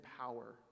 power